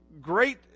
great